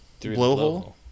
Blowhole